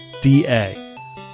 D-A